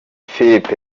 filip